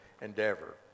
endeavor